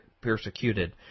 persecuted